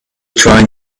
trying